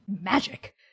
magic